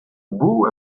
beau